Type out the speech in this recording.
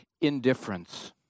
indifference